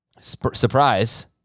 surprise